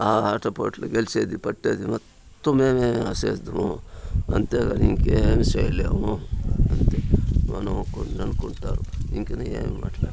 ఆ ఆట పోటీల్లో గెలిచేది పట్టేది మొత్తం మేమే సేతుము అంతేగాని ఇంకేమి చేయలేము మనం కొన్ని అనుకుంటాము ఇంకను అని